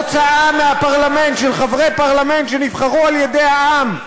הוצאה מהפרלמנט של חברי פרלמנט שנבחרו על-ידי העם,